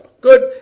Good